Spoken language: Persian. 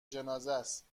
جنازهست